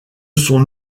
son